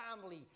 family